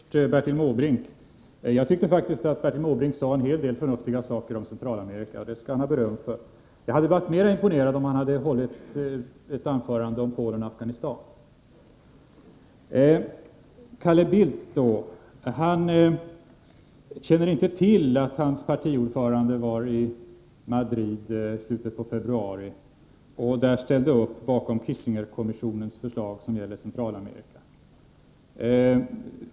Herr talman! Först till Bertil Måbrink. Jag tyckte faktiskt att Bertil Måbrink sade en hel del förnuftiga saker om Centralamerika — det skall han ha beröm för. Jag hade varit mera imponerad om han hade hållit ett anförande om Polen eller Afghanistan. Carl Bildt känner inte till att hans partiordförande var i Madrid i slutet av februari och där ställde upp bakom Kissingerkommissionens förslag som gäller Centralamerika.